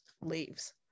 leaves